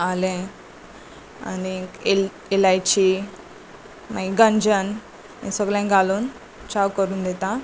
आलें आनीक एक इलायची मागीर गंजन हे सगळें घालून च्या करून दितां